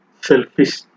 Selfish